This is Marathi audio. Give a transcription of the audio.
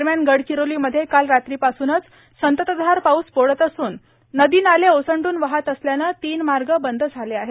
दरम्यान गडचिरोली मध्ये काल रात्रीपासूनच संततधार पाऊस पडत असून नदी नाले ओसंडून वाहत असल्यानं तीन मार्ग बंद झाले आहे